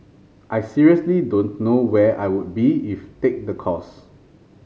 I seriously don't know where I would be if take the course